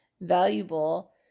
valuable